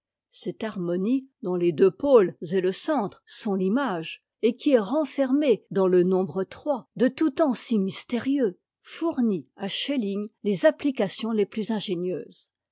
cette harmonie dont les deux pôles et le centre sont l'iniage et qui est renfermée dans le nombre trois de tout temps si mystérieux fournit à schelling les applications les plus ingénieuses